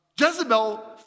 Jezebel